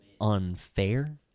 unfair